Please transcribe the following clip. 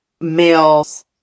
males